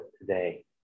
today